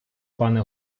пане